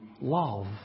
love